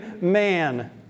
man